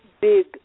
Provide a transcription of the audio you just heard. big